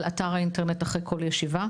של הוועדה לאתר האינטרנט אחרי כל ישיבה,